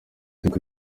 ariko